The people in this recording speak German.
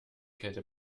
kälte